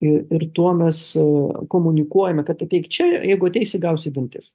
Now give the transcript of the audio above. ir ir tuo mes komunikuojame kad ateik čia jeigu ateisi gausi į dantis